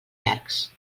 llargs